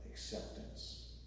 acceptance